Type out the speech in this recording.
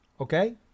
Okay